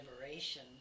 liberation